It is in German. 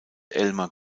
elmar